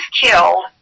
killed